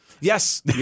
Yes